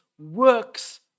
works